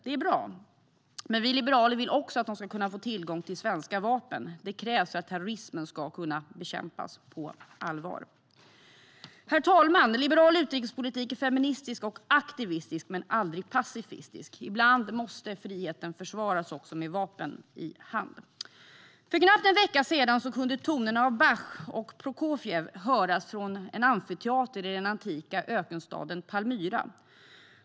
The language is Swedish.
Det är bra, men vi liberaler vill också att de ska få tillgång till svenska vapen. Det krävs för att terrorismen ska kunna bekämpas på allvar. Herr talman! Liberal utrikespolitik är feministisk och aktivistisk men aldrig pacifistisk. Ibland måste friheten försvaras med vapen i hand. För knappt en vecka sedan kunde tonerna av Bach och Prokofjev höras från en amfiteater i den antika ökenstaden Palmyra.